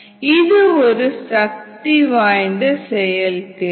இது ஒரு சக்தி வாய்ந்த செயல்திறன்